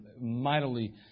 mightily